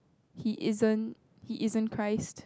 he isn't he isn't Christ